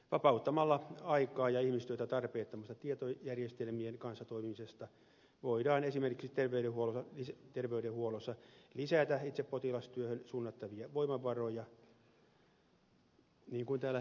vapauttamalla aikaa ja ihmistyötä tarpeettomasta tietojärjestelmien kanssa toimimisesta voidaan esimerkiksi terveydenhuollossa lisätä itse potilastyöhön suunnattavia voimavaroja niin kuin täällä ed